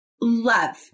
love